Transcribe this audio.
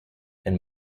and